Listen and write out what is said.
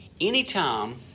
anytime